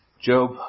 Job